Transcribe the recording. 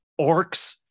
orcs